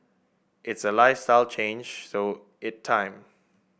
it's a lifestyle change so it time